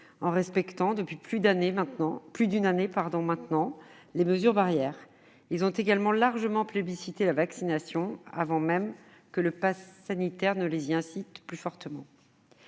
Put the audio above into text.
en respectant, depuis plus d'une année maintenant, les mesures barrières. Ils ont également largement plébiscité la vaccination, avant même que le passe sanitaire ne les y incite plus fortement.